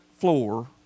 floor